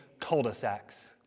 cul-de-sacs